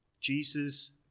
Jesus